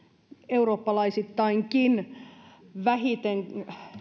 eurooppalaisittainkin vähiten